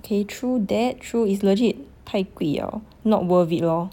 kay true that true is legit 太贵 liao not worth it lor